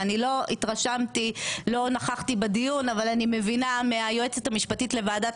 ואמנם לא נכחתי בדיון אבל אני מבינה מהיועצת המשפטית לוועדת